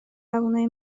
جوونای